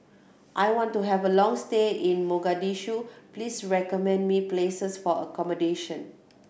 I want to have a long stay in Mogadishu please recommend me some places for accommodation